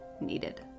needed